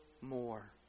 more